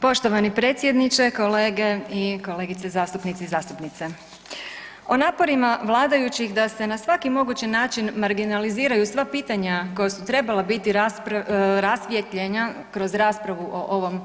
Poštovani predsjedniče, kolege i kolegice zastupnici i zastupnice, o naporima vladajućih da se na svaki mogući način marginaliziraju sva pitanja koja su trebala biti rasvijetljena kroz raspravu o ovom